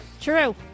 True